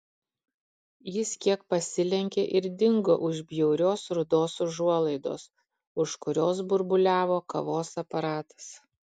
jis kiek pasilenkė ir dingo už bjaurios rudos užuolaidos už kurios burbuliavo kavos aparatas